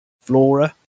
flora